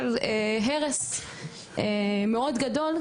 של הרס מאוד גדול,